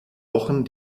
wochen